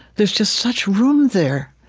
there's just such room there.